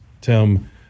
Tim